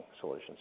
solutions